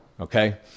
okay